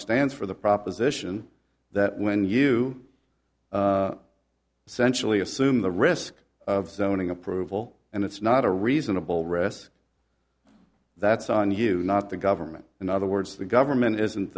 stands for the proposition that when you centrally assume the risk of zoning approval and it's not a reasonable risk that's on you not the government in other words the government isn't